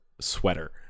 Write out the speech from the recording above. sweater